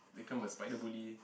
become a spider bully